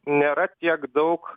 nėra tiek daug